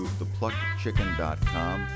thepluckedchicken.com